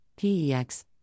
PEX